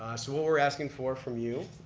so what we're asking for from you